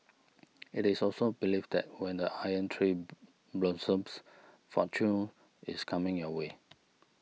it is also believed that when the Iron Tree blossoms fortune is coming your way